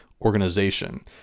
organization